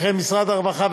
שכן משרד הרווחה,